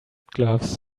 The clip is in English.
gloves